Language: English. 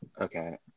Okay